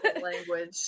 language